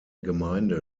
gemeinde